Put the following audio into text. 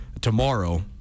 tomorrow